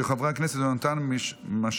של חברי הכנסת יונתן מישרקי,